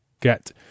get